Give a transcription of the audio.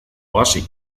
oasi